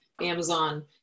Amazon